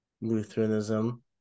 Lutheranism